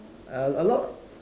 uh a lot